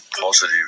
positive